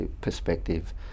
perspective